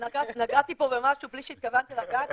נגעתי פה במשהו בלי שהתכוונתי לגעת.